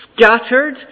scattered